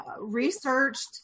researched